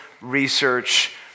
Research